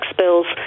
bills